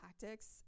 tactics